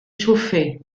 chauffé